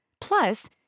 Plus